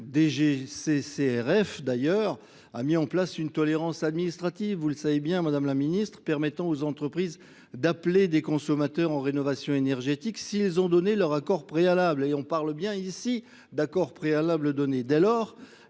DGCCRF d'ailleurs a mis en place une tolérance administrative vous le savez bien Madame la Ministre permettant aux entreprises d'appeler des consommateurs en rénovation énergétique s'ils ont donné leur accord préalable et on parle bien ici d'accord préalable donné dès lors